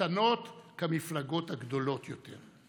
קטנות כמפלגות גדולות יותר.